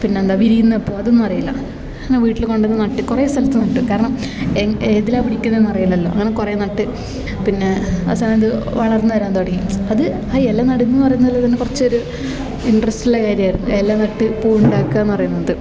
പിന്നെന്താ വിരിയുന്നത് പൂ അതൊന്നും അറിയില്ല ഞാൻ വീട്ടിൽ കൊണ്ട് വന്ന് നട്ട് കുറെ സ്ഥലത്ത് നട്ട് കാരണം ഏതിലാ പിടിക്കണന്ന് അറിയില്ലല്ലോ അങ്ങനെ കുറെ നട്ട് പിന്ന അവസാനം അത് വളർന്ന് വരാൻ തുടങ്ങി അത് ആ ഇല നടുന്നന്ന് പറഞ്ഞാൽ തന്നെ കുറച്ചൊരു ഇൻട്രസ്റ്റ്ള്ള കാര്യമായിരുന്നു ഇല നട്ട് പൂ ഉണ്ടാക്കുകാന്ന് പറയുന്നത്